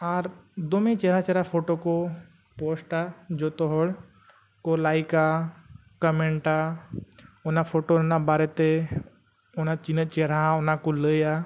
ᱫᱚᱢᱮ ᱪᱮᱦᱨᱟ ᱪᱮᱦᱨᱟ ᱯᱷᱳᱴᱳ ᱠᱚ ᱯᱳᱥᱴᱼᱟ ᱡᱚᱛᱚ ᱦᱚᱲ ᱠᱚ ᱞᱟᱭᱤᱠᱼᱟ ᱠᱚᱢᱮᱱᱴᱼᱟ ᱚᱱᱟ ᱯᱷᱳᱴᱳ ᱨᱮᱱᱟᱜ ᱵᱟᱨᱮᱛᱮ ᱚᱱᱟ ᱛᱤᱱᱟᱹᱜ ᱪᱮᱦᱨᱟ ᱚᱱᱟ ᱠᱚ ᱞᱟᱹᱭᱟ